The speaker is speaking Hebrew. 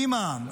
עם העם,